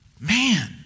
Man